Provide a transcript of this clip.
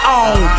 on